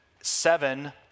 seven